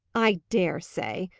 i dare say!